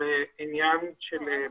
אלה